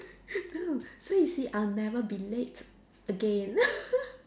no so you see I'll never be late again